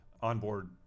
onboard